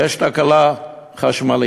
יש תקלה חשמלית.